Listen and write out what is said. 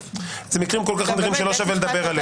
זה מקרים כל-כך נדירים שלא שווה בכלל לדבר עליהם.